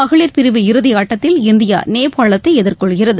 மகளிர் பிரிவு இறுதியாட்டத்தில் இந்தியா நேபாளத்தை எதிர்கொள்கிறது